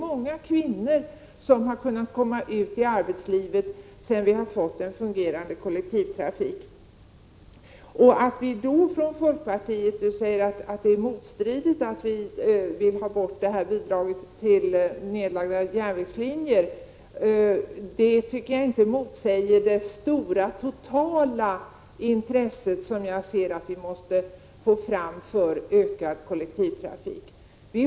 Många kvinnor har kunnat komma ut i arbetslivet tack vare en fungerande kollektivtrafik. Olle Östrand säger att vi i folkpartiet agerar motstridigt när vi vill ta bort det särskilda ersättningsbidraget för nedlagd järnvägstrafik. Men att vi vill det står inte i strid med vårt stora intresse av att få fram en ökad kollektivtrafik.